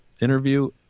interview